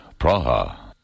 Praha